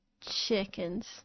Chickens